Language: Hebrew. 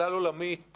כלל עולמית,